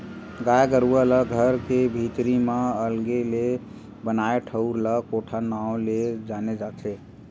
गाय गरुवा ला घर के भीतरी म अलगे ले बनाए ठउर ला कोठा नांव ले जाने जाथे